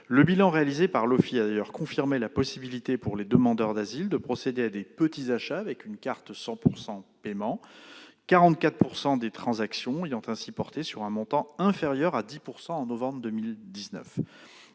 de l'intégration (OFII) a d'ailleurs confirmé la possibilité pour les demandeurs d'asile de procéder à de petits achats avec une carte 100 % paiement, 44 % des transactions ayant ainsi porté sur un montant inférieur à 10 euros en novembre 2019.